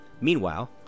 Meanwhile